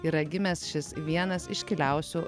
yra gimęs šis vienas iškiliausių